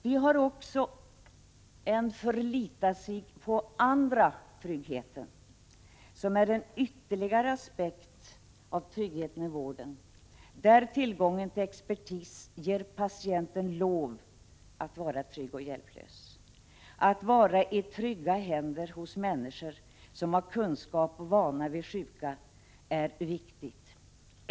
Vi har också ”förlita-sig-på-andra-tryggheten”, som är ytterligare en aspekt av trygghet i vården, där tillgången till expertis ger patienten lov att vara trygg och hjälplös. Att vara i trygga händer hos människor som har kunskap och vana vid sjuka är viktigt.